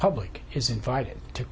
public is invited to